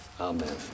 Amen